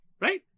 right